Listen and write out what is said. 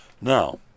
Now